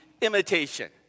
imitation